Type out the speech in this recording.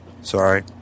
Sorry